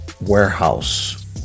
warehouse